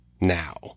now